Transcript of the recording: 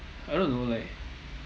I don't know like